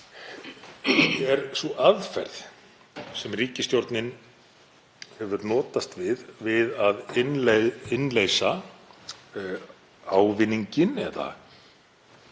er sú aðferð sem ríkisstjórnin hefur notast við við að innleysa ávinninginn eða